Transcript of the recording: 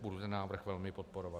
Budu ten návrh velmi podporovat.